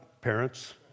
parents